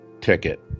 ticket